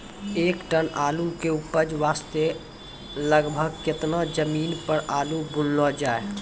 एक टन आलू के उपज वास्ते लगभग केतना जमीन पर आलू बुनलो जाय?